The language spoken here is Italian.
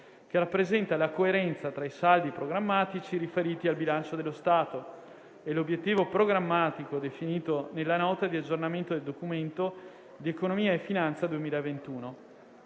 che rappresenta la coerenza tra i saldi programmatici riferiti al bilancio dello Stato e l'obiettivo programmatico definito nella Nota di aggiornamento del Documento di economia e finanza 2021.